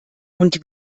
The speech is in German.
und